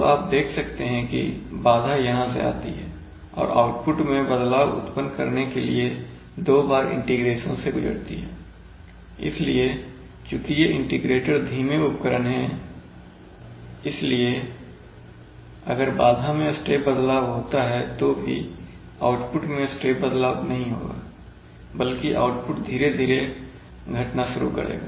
तो आप देख सकते हैं कि बाधा यहां से आती है और आउटपुट में बदलाव उत्पन्न करने के लिए दो बार इंटीग्रेशन से गुजरती है इसलिए चूंकि ये इंटीग्रेटर धीमे उपकरण हैं इसलिए अगर बाधा मैं स्टेप बदलाव होता है तो भी आउटपुट में स्टेप बदलाव नहीं होगा बल्कि आउटपुट धीरे धीरे घटना शुरू कर देगा